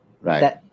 Right